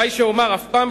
די שאומר: אף פעם,